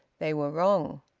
they were wrong.